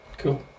Cool